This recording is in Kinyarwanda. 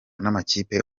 n’amakipe